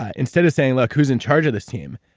ah instead of saying look, who's in charge of this team?